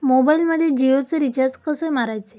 मोबाइलमध्ये जियोचे रिचार्ज कसे मारायचे?